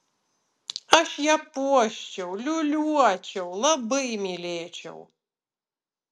aš ją puoščiau liūliuočiau labai mylėčiau